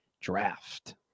draft